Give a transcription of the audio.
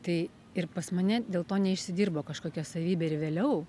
tai ir pas mane dėl to neišsidirbo kažkokia savybė ir vėliau